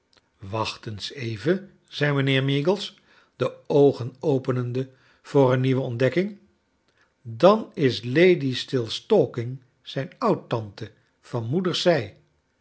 wacht eens even zei mijnheer meagles de oogen openende voor een nieuwe ontdekking dan is lady stilstalking zijn oud-tante van moeders zij